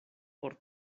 por